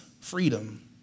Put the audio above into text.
freedom